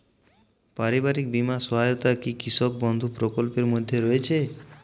পারিবারিক বীমা সহায়তা কি কৃষক বন্ধু প্রকল্পের মধ্যে রয়েছে?